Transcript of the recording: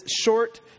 short